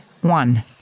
one